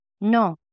No